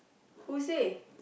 who say